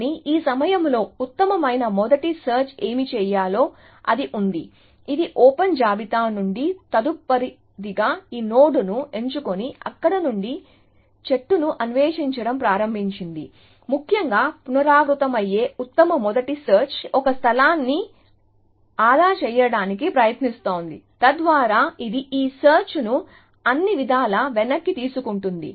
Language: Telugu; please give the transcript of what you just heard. కానీ ఈ సమయంలో ఉత్తమమైన మొదటి సెర్చ్ ఏమి చేయాలో అది ఉంది ఇది ఓపెన్ జాబితా నుండి తదుపరిదిగా ఈ నోడ్ను ఎంచుకుని అక్కడ నుండి చెట్టును అన్వేషించడం ప్రారంభించింది ముఖ్యంగా పునరావృతమయ్యే ఉత్తమ మొదటి సెర్చ్ ఇది ఒక స్థలాన్ని ఆదా చేయడానికి ప్రయత్నిస్తోంది తద్వారా ఇది ఈ సెర్చ్ ను అన్ని విధాలా వెనక్కి తీసుకుంటుంది